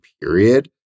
period